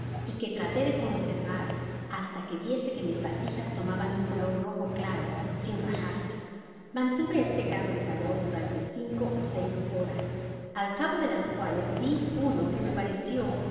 y que traté de conservar basta que viese que mis vasijas tomaban un color rojo claro sin rajarse mantuve este grado de calor durante cinco ó seis horas al cabo de las cuales vi uno que me pareció no